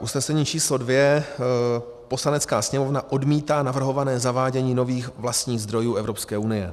Usnesení číslo 2: Poslanecká sněmovna odmítá navrhované zavádění nových vlastních zdrojů Evropské unie.